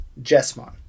Jessmon